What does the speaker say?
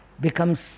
becomes